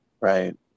Right